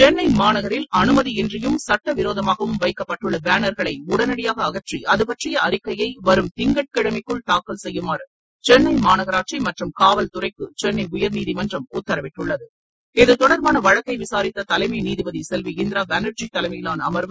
சென்னை மாநகரில் அனுமதியின்றியும் சட்டவிரோதமாகவும் வைக்கப்பட்டுள்ள பேனர்களை உடனடியாக அகற்றி அதுபற்றிய அறிக்கையை வரும் திங்கட்கிழமைக்குள் தாக்கல் செய்யுமாறு சென்னை மாநகராட்சி மற்றும் காவல்துறைக்கு சென்னை உயர்நீதிமன்றம் உத்தரவிட்டுள்ளது இத்தொடர்பான வழக்கை விசாரித்த தலைமை நீதிபதி செல்வி இந்திரா பானர்ஜி தலைமையிலான அர்வு